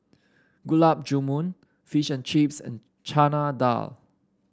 Gulab Jamun Fish and Chips and Chana Dal